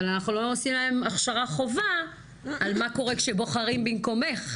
אבל אנחנו לא עושים להם הכשרה חובה על מה קורה כשבוחרים במקומך,